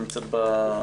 היא נמצאת בזום.